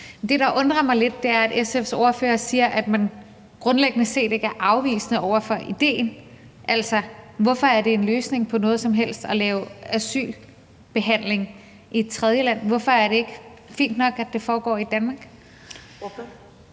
Det, der undrer mig lidt, er, at SF's ordfører siger, at man grundlæggende set ikke er afvisende over for idéen. Altså, hvorfor er det en løsning på noget som helst at lave asylbehandling i et tredjeland, hvorfor er det ikke fint nok, at det foregår i Danmark?